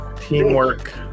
teamwork